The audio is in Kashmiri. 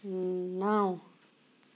نَو